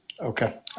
Okay